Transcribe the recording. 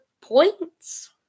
points